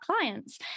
clients